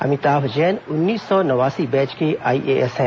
अमिताभ जैन उन्नीस सौ नवासी बैच के आईएएस हैं